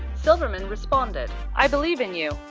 silverman responded i believe in you.